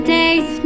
days